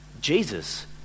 Jesus